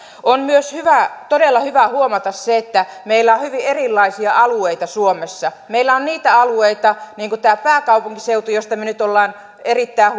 on myös todella hyvä huomata se että meillä on hyvin erilaisia alueita suomessa meillä on niitä alueita niin kuin tämä pääkaupunkiseutu joista me nyt olemme erittäin